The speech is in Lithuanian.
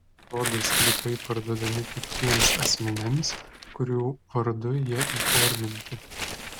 sodų sklypai parduodami tik tiems asmenims kurių vardu jie įforminti